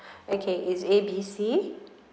okay it's A B C